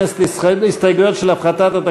ההסתייגויות לסעיף 18,